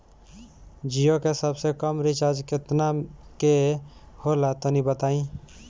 जीओ के सबसे कम रिचार्ज केतना के होला तनि बताई?